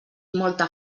molta